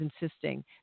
insisting